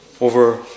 over